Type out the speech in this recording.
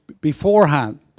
beforehand